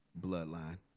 bloodline